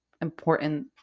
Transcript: important